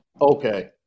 okay